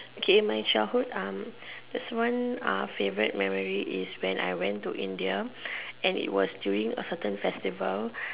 okay my childhood uh there's one uh favourite memory is when I went to India and it was during a certain festival